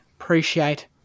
Appreciate